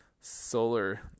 Solar